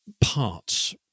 parts